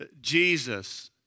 Jesus